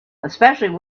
especially